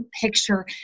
picture